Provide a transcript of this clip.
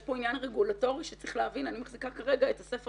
יש כאן עניין רגולטורי שצריך להבין שאני מחזיקה כרגע את ספר